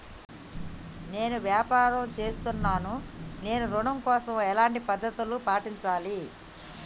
నేను వ్యాపారం చేస్తున్నాను నేను ఋణం కోసం ఎలాంటి పద్దతులు పాటించాలి?